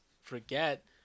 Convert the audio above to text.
forget